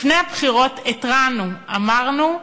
לפני הבחירות התרענו, אמרנו: